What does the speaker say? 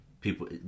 people